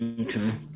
Okay